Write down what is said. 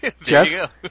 Jeff